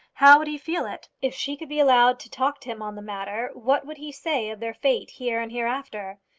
how would he feel it? if she could be allowed to talk to him on the matter, what would he say of their fate here and hereafter?